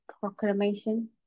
proclamation